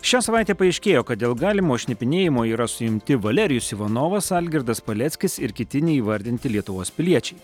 šią savaitę paaiškėjo kad dėl galimo šnipinėjimo yra suimti valerijus ivanovas algirdas paleckis ir kiti neįvardinti lietuvos piliečiai